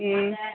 ம்